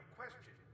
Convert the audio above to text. question